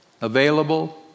available